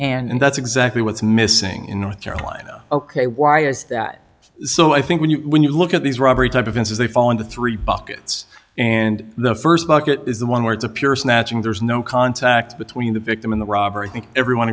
and that's exactly what's missing in north carolina ok why is that so i think when you when you look at these robbery type of answers they fall into three buckets and the st bucket is the one where it's a pure snatching there's no contact between the victim in the robbery and everyone